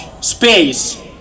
space